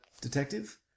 detective